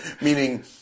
Meaning